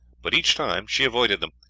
but each time she avoided them.